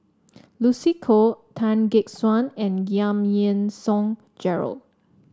Lucy Koh Tan Gek Suan and Giam Yean Song Gerald